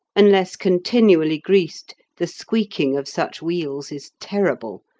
unless continually greased the squeaking of such wheels is terrible,